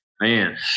man